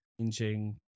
changing